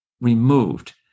removed